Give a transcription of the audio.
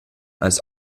als